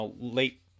late